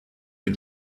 can